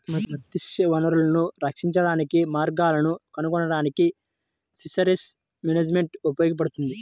మత్స్య వనరులను రక్షించడానికి మార్గాలను కనుగొనడానికి ఫిషరీస్ మేనేజ్మెంట్ ఉపయోగపడుతుంది